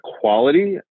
quality